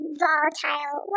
volatile